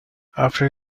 after